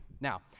Now